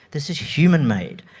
this is human made,